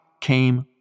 came